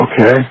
Okay